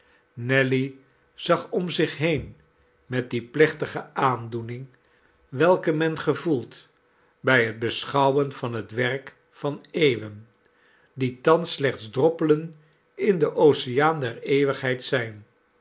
nelly zag om zich heen met die plechtige aandoening welke men gevoelt by het beschouwen van het werk van eeuwen die thans slechts droppelen in den oceaan der eeuwigheid zijn